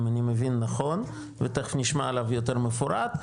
אם אני מבין נכון ותכף נשמע עליו יותר במפורט,